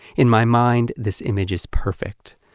in my mind, this image is perfect.